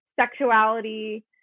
Sexuality